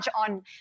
on